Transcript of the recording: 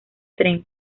tren